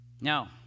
now